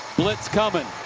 blitz coming.